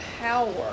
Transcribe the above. power